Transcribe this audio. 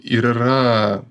ir yra